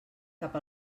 cap